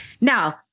Now